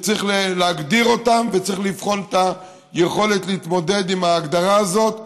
שצריך להגדיר אותם וצריך לבחון את היכולת להתמודד עם ההגדרה הזאת.